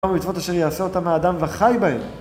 אמרו לצפות אשר יעשה אותם אדם וחי בהם.